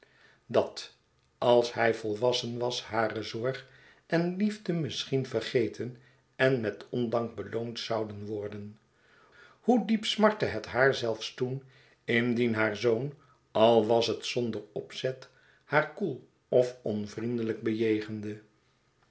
dat als hij volwassen was hare zorg en liefde misschien vergeten en met ondank beloond zouden worden hoe diep smartte het haar zelfs toen indien haar zoon al was het zonder opzet haar koel of onvriendelijk bejegende